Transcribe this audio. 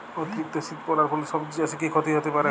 অতিরিক্ত শীত পরার ফলে সবজি চাষে কি ক্ষতি হতে পারে?